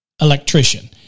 electrician